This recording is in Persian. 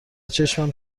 چشمم